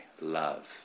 love